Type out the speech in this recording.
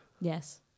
Yes